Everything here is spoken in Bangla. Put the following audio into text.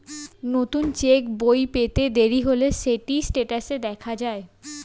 নতুন চেক্ বই পেতে দেরি হলে সেটি স্টেটাসে দেখা যায়